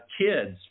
Kids